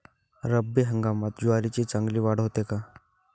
रब्बी हंगामात ज्वारीची चांगली वाढ होते का?